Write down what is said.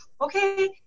Okay